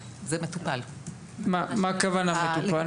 מה הכוונה מטופל?